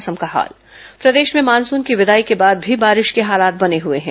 मौसम प्रदेश में मानसून की विदाई के बाद भी बारिश के हालात बने हुए हैं